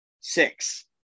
Six